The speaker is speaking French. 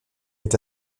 est